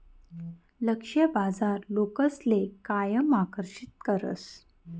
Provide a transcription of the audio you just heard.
लक्ष्य बाजार लोकसले कायम आकर्षित करस